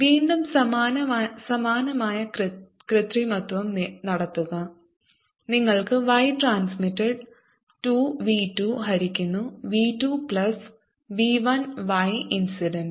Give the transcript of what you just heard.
വീണ്ടും സമാനമായ കൃത്രിമത്വം നടത്തുക നിങ്ങൾക്ക് y ട്രാൻസ്മിറ്റഡ് 2 v 2 ഹരിക്കുന്നു v 2 plus v 1 y incident